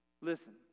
listen